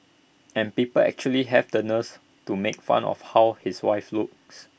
and people actually have the nerves to make fun of how his wife looks